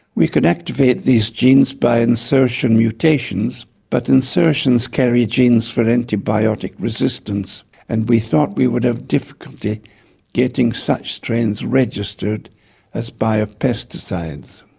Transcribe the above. we could inactivate these genes by insertion mutations but insertions carry genes for antibiotic resistance and we thought we would have difficulty getting such strains registered as biopesticides.